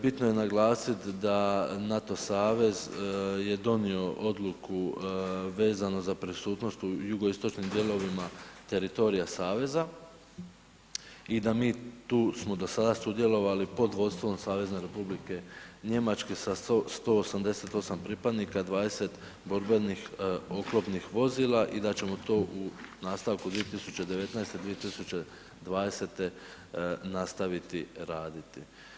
Bitno je naglasit da NATO savez je donio odluku vezano za prisutnost u jugoistočnim dijelovima teritorija saveza i da mi tu smo do sada sudjelovali pod vodstvom SR Njemačke sa 188 pripadnika, 20 borbenih oklopnih vozila i da ćemo to u nastavku 2019./2020. nastaviti raditi.